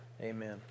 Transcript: amen